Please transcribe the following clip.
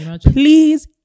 Please